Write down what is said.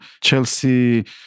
Chelsea